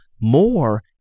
more